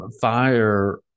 Fire